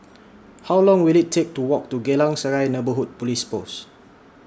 How Long Will IT Take to Walk to Geylang Serai Neighbourhood Police Post